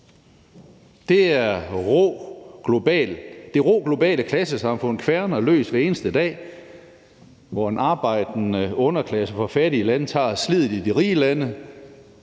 børn i Danmark. Det rå globale klassesamfund kværner løs hver eneste dag, hvor en arbejdende underklasse fra fattige lande tager sliddet i de rige lande,